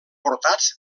portats